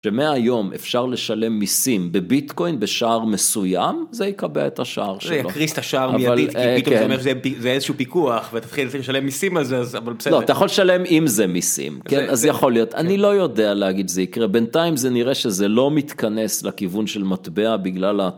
שמהיום אפשר לשלם מיסים בביטקוין בשער מסוים זה יקבע את השער שלו. זה יקריס את השער מידי, כי פתאום זה איזשהו פיקוח ואתה תתחיל לשלם מיסים על זה אז בסדר. לא, אתה יכול לשלם עם זה מיסים, אז יכול להיות, אני לא יודע להגיד שזה יקרה, בינתיים זה נראה שזה לא מתכנס לכיוון של מטבע בגלל ה...